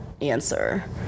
answer